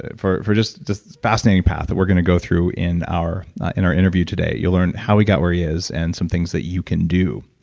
ah for for just just fascinating path that we're going to go through in our in our interview today. you'll learn how he got where he is and some things that you can do.